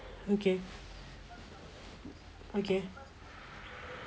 okay okay